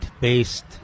based